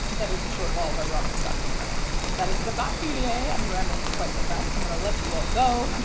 that is shorefall by robert jackson but bennett. that is what i've got for you today. i've been rambling for quite some time. so i'm gonna let you all go.